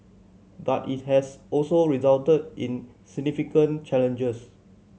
but it has also resulted in significant challenges